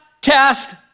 cast